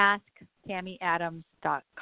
AskTammyAdams.com